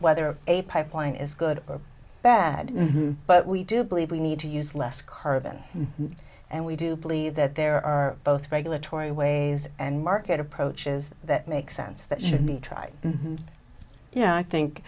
whether a pipeline is good or bad but we do believe we need to use less carbon and we do believe that there are both regulatory ways and market approaches that make sense that should be tried and yeah i think